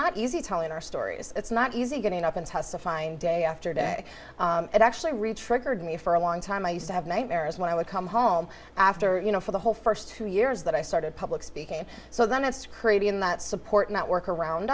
not easy telling our stories it's not easy getting up and testifying day after day it actually read triggered me for a long time i used to have nightmares when i would come home after you know for the whole st two years that i started public speaking so then it's crazy in that support network around